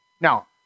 Now